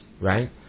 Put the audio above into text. right